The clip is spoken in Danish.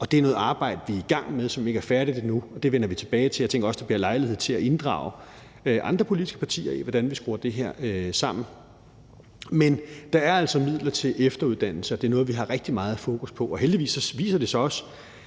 Det er noget arbejde, vi er i gang med, som ikke er færdigt endnu. Det vender vi tilbage til. Jeg tænker også, at der bliver lejlighed til at inddrage andre politiske partier i, hvordan vi skruer det her sammen. Men der er altså midler til efteruddannelse, og det er noget, vi har rigtig meget fokus på. Heldigvis viser det sig også,